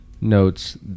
notes